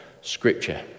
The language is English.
scripture